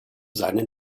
seinen